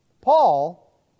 Paul